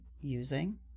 using